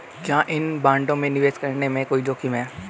क्या इन बॉन्डों में निवेश करने में कोई जोखिम है?